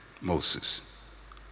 Moses